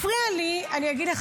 הפריע לי,